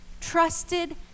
trusted